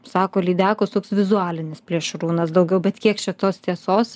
sako lydekos toks vizualinis plėšrūnas daugiau bet kiek čia tos tiesos